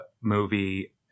movie